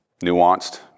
nuanced